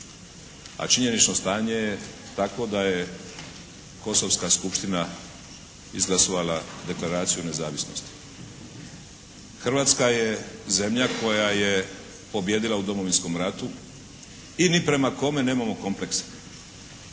a činjenično stanje je takvo da je Kosovska Skupština izglasovala Deklaraciju o nezavisnosti. Hrvatska je zemlja koja je pobijedila u Domovinskom ratu i ni prema kome nemamo kompleksa.